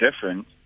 different